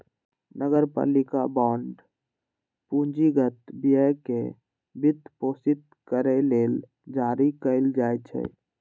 नगरपालिका बांड पूंजीगत व्यय कें वित्तपोषित करै लेल जारी कैल जाइ छै